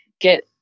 get